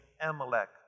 Amalek